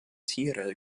tiere